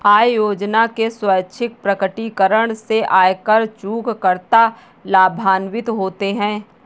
आय योजना के स्वैच्छिक प्रकटीकरण से आयकर चूककर्ता लाभान्वित होते हैं